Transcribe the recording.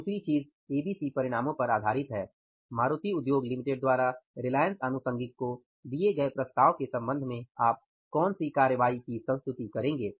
दूसरी चीज़ एबीसी परिणामों पर आधारित है MUL द्वारा RA को दिए गए प्रस्ताव के संबंध में आप कौन सी कार्रवाई की संस्तुति करेंगे